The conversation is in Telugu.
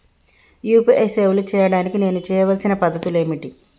యూ.పీ.ఐ సేవలు చేయడానికి నేను చేయవలసిన పద్ధతులు ఏమిటి?